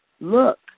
look